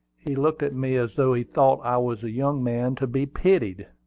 he looked at me as though he thought i was a young man to be pitied.